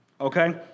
Okay